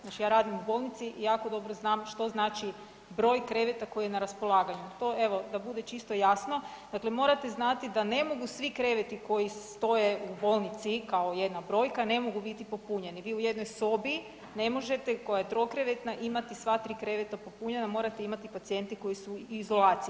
Znači ja radim u bolnici i jako dobro znam što znači broj kreveta koji je na raspolaganju, to evo da bude čisto jasno, dakle morate znati da ne mogu svi kreveti koji stoje u bolnici kao jedna brojka ne mogu biti popunjeni, vi u jednoj sobi koja je trokrevetna ne možete imati sva tri kreveta popunjena morate imati pacijente koji su u izolaciji.